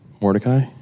Mordecai